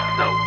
no